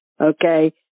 okay